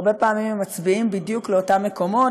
הרבה פעמים הם מצביעים בדיוק לאותם מקומות,